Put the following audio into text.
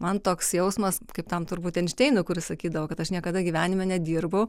man toks jausmas kaip tam turbūt einšteinui kuris sakydavo kad aš niekada gyvenime nedirbau